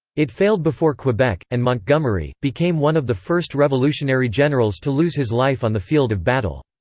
it failed before quebec, and montgomery, became one of the first revolutionary generals to lose his life on the field of battle.